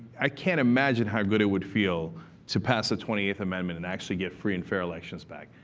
i can't imagine how good it would feel to pass the twentieth amendment and actually get free and fair elections back.